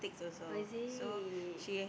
oh is it